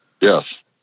Yes